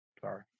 sorry